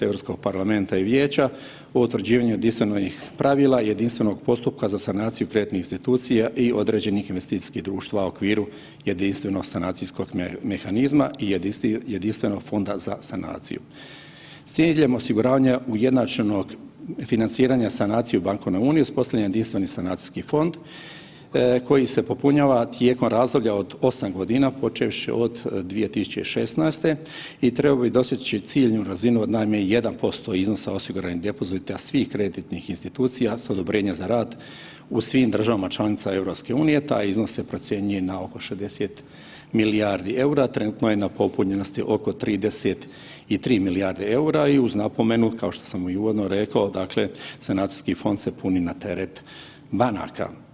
Europskog parlamenta i vijeća o utvrđivanju jedinstvenoj, pravila jedinstvenog postupka za sanaciju kreditnih institucija i određenih investicijskih društava u okviru jedinstvenog sanacijskog mehanizma i jedinstvenog fonda za sanaciju s ciljem osiguravanja ujednačenog financiranja i sanaciju bankovne unije uspostavljen je jedinstveni sanacijski fond koji se popunjava tijekom razdoblja od 8.g. počevši od 2016. i trebao bi doseći ciljnu razinu od najmanje 1% iznosa osiguranih depozita svih kreditnih institucija s odobrenjem za rad u svim državama članicama EU, taj iznos se procjenjuje na oko 60 milijardi EUR-a, trenutno je na popunjenosti oko 33 milijarde EUR-a i uz napomenu, kao što sam i uvodno rekao, dakle sanacijski fond se puni na teret banaka.